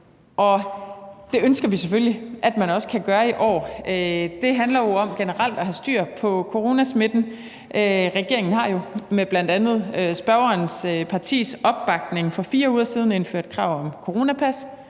det ønsker vi selvfølgelig at man også kan gøre i år. Det handler jo om generelt at have styr på coronasmitten. Regeringen har jo med bl.a. spørgerens partis opbakning for 4 uger siden indført krav om coronapas